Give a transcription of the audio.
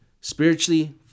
spiritually